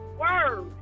word